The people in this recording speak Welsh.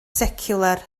seciwlar